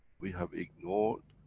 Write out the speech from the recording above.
we have ignored,